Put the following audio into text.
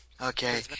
Okay